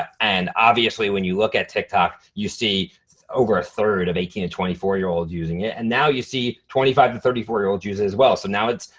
and obviously when you look at tiktok, you see over a third of eighteen to twenty four year olds using it and now you see twenty five to thirty four year old use as well. so now it's,